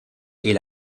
est